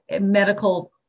medical